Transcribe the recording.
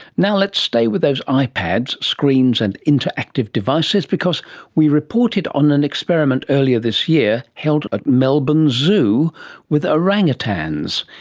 now let's stay with those ipads, screens and interactive devices because we reported on an experiment earlier this year held at ah melbourne zoo with orangutans.